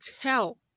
tell